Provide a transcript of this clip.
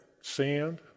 sand